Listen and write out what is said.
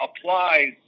applies